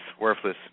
worthless